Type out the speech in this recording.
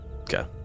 Okay